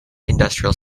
industrial